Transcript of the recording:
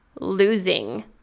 losing